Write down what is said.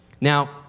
Now